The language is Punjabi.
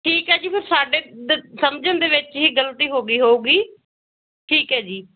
ਠੀਕ ਹੈ ਜੀ ਫਿਰ ਸਾਡੇ ਦ ਸਮਝਣ ਦੇ ਵਿੱਚ ਹੀ ਗਲਤੀ ਹੋ ਗਈ ਹੋਵੇਗੀ ਠੀਕ ਹੈ ਜੀ